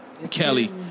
Kelly